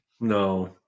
No